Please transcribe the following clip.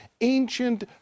ancient